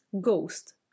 ghost